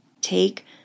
Take